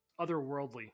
otherworldly